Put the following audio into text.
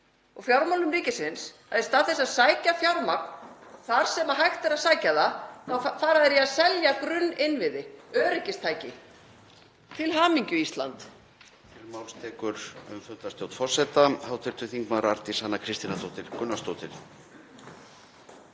á fjármálum ríkisins að í stað þess að sækja fjármagn þar sem hægt væri að sækja það þá fer hún í að selja grunninnviði, öryggistæki. Til hamingju, Ísland.